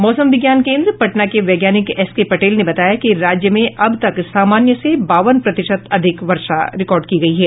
मौसम विज्ञान केन्द्र पटना के वैज्ञानिक एस के पटेल ने बताया कि राज्य में अब तक सामान्य से बावन प्रतिशत अधिक वर्षा हुई है